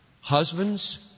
Husbands